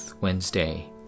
Wednesday